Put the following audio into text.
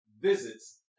visits